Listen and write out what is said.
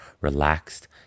relaxed